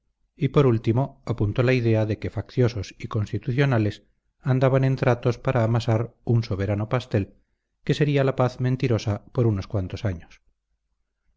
y por último apuntó la idea de que facciosos y constitucionales andaban en tratos para amasar un soberano pastel que sería la paz mentirosa por unos cuantos años